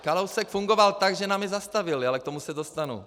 Kalousek fungoval tak, že nám je zastavili, ale k tomu se dostanu.